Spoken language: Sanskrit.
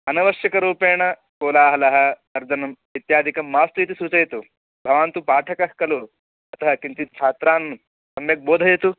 अनवश्यकरूपेण कोलाहलः तर्जनम् इत्यादिकं मास्तु इति सूचयतु भवान् तु पाठकः खलु तत्र किञ्चित् छात्रान् सम्यक् बोधयतु